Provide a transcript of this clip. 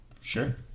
Sure